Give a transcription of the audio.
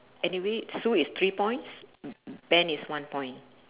anyway sue is three points ben is one point